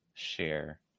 share